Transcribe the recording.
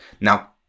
Now